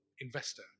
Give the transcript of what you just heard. investor